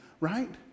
right